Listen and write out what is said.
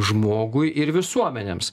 žmogui ir visuomenėms